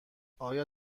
آیا